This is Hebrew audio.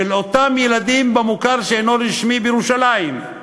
של אותם ילדים במוכר שאינו רשמי בירושלים,